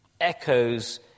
Echoes